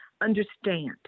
understand